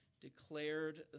declared